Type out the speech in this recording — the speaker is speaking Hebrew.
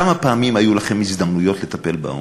כמה פעמים היו לכם הזדמנויות לטפל בעוני?